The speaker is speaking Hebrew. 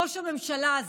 בוש הממשלה הזה,